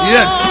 Yes